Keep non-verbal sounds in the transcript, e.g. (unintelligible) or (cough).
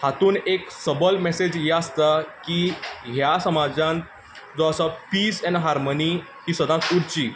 हातूंत एक (unintelligible) मेसेज ही आसता की ह्या समाजांत जो असो पीस एन्ड हार्मनी ती सदांच उरची